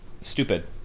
stupid